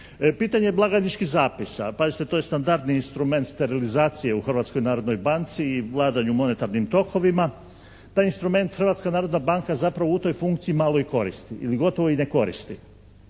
Pitanje blagajničkih zapisa, pazite to je standardni instrument sterilizacije u Hrvatskoj narodnoj banci i vlada o u monetarnim tokovima. Taj instrument je Hrvatska narodna banka zapravo u toj funkciji malo koristi ili gotovo i ne koristi.